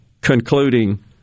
concluding